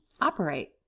operate